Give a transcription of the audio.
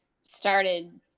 started